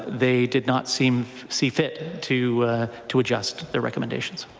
they did not see um see fit to to adjust the recommendations.